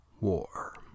war